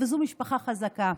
וזו משפחה חזקה,